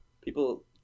people